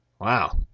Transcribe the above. Wow